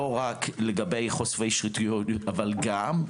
לא רק לגבי חושפי שחיתויות, אבל גם.